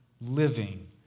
living